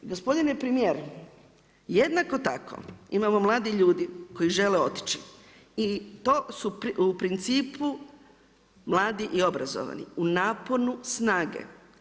Gospodine premjer, jednako tako, imamo mladi ljudi koji žele otići i to su u principu mladi i obrazovani u naponu snage.